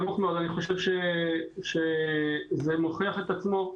אני חושב שזה מוכיח את עצמו.